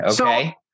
Okay